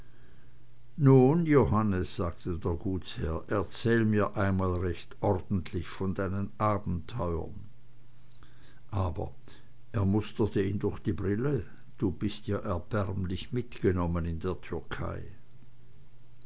nun johannes sagte der gutsherr erzähl mir einmal recht ordentlich von deinen abenteuern aber er musterte ihn durch die brille du bist ja erbärmlich mitgenommen in der türkei